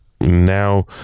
Now